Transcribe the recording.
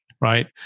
Right